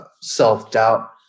self-doubt